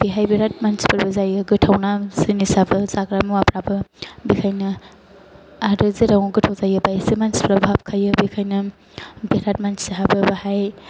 बेवहाय बिराद मानसिफोरबो जायो बिराद गोथावना जिनिसाबो जाग्रा मुवाफोराबो बेनिखायनो आरो जेरावनो गोथाव जायो बेवहायसो मानसिफ्राबो हाबखायो बेनिखायनो बेराद मानसि हाबो बेवहाय